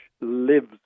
lives